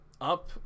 up